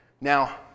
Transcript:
Now